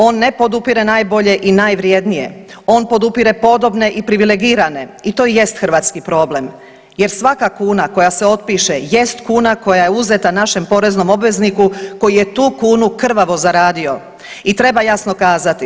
On ne podupire najbolje i najvrijednije, on podupire podobne i privilegirane, i to jest hrvatski problem, jer svaka kuna koja se otpiše jest kuna koja je uzeta našem poreznom obvezniku koji je tu kunu krvavo zaradio i treba jasno kazati.